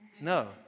No